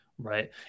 Right